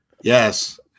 Yes